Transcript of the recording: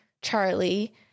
charlie